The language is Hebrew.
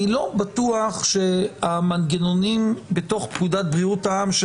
אני לא בטוח שהמנגנונים בפקודת בריאות העם של